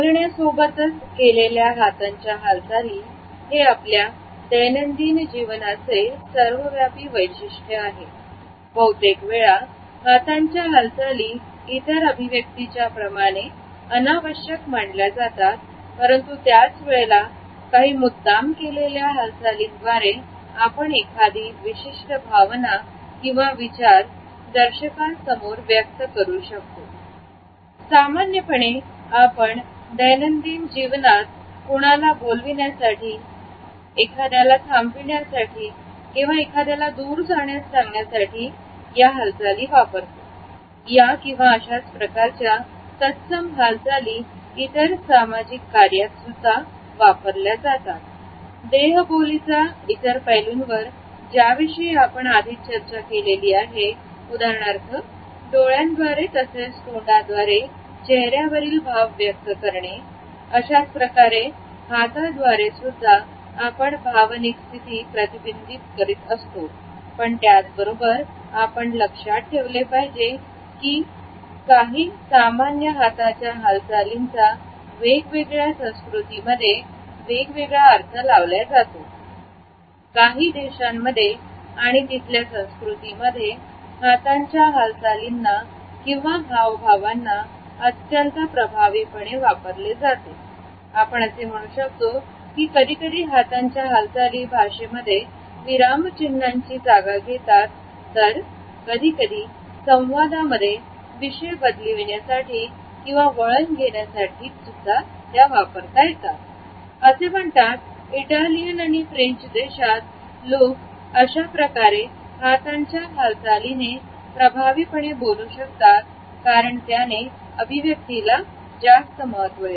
बोलण्या सोबतच केलेल्या हातांच्या हालचाली हे आपल्या दैनंदिन जीवनाचे सर्वव्यापी वैशिष्ट्य आहेत बहुतेक वेळा हातांच्या हालचाली इतर अभिव्यक्तीच्या प्रमाणे अनावश्यक मानले जातात परंतु त्याच वेळेला काही मुद्दाम केलेल्या हालचाली द्वारे आपण एखादी विशिष्ट भावना किंवा विचार दर्शकां समोर व्यक्त करू शकतो सामान्यपणे आपण दैनंदिन जीवनात कोणाला बोलवण्यासाठी एखाद्याला थांबण्यासाठी किंवा एखाद्याला दूर जाण्यास सांगण्यासाठी वापरतो या किंवा अशाच प्रकारच्या तत्सम हालचाली इतर सामाजिक कार्यात वापरल्या जातात देहबोलीचा इतर पैलूंवर ज्याविषयी आपण आधीच चर्चा केली आहे उदाहरणार्थ डोळ्याद्वारे तसेच तोंडाद्वारे चेहर्यावरील भाव व्यक्त करणे अशाच प्रकारे हातात द्वारे सुद्धा आपण भावनिक स्थिती प्रतिबिंबीत करीत असतो पण त्याचबरोबर आपण लक्षात ठेवले पाहिजे हि काही सामान्य हाताच्या हालचालींचा वेगवेगळ्या संस्कृतीमध्ये वेगवेगळ्या अर्थ लावल्या जातो काही देशांमध्ये आणि तिथल्या संस्कृतीमध्ये हातांच्या हालचालींना किंवा हावभावना अत्यंत प्रभावीपणे वापरले जाते आपण असे म्हणू शकतो की कधीकधी हातांच्या हालचाली भाषेमध्ये विरामचिन्हांची जागा घेतात तर कधीकधी संवादामध्ये विषय बदलविण्यासाठी किंवा वळण घेण्यासाठी सुद्धा वापरतात असे म्हणतात इटालियन आणि फ्रेंच देशात लोक अशाप्रकारे हातांच्या हालचालीने प्रभावीपणे बोलू शकतात कारण तिथे अभिव्यक्तीला जास्त महत्व आहे